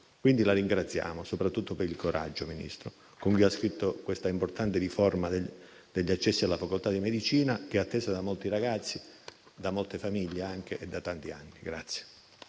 Quindi la ringraziamo, Ministro, soprattutto per il coraggio con cui ha scritto questa importante riforma degli accessi alla facoltà di medicina, che è attesa da molti ragazzi e da molte famiglie, da tanti anni.